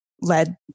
led